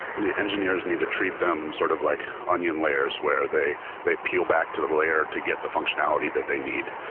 the engineers need to treat them sort of like onion layers where they they peel back to the layer to get the functionality that they need.